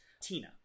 Tina